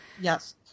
yes